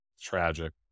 Tragic